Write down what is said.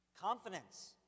confidence